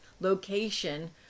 location